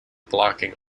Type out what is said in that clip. blocking